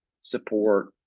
support